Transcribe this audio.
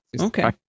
Okay